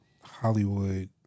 Hollywood